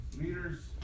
Leaders